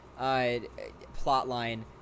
plotline